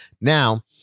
Now